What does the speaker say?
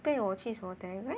被我去什么 Telegram